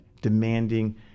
demanding